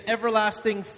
Everlasting